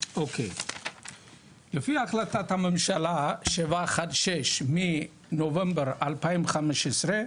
לפי החלטת הממשלה 716 מנובמבר 2015,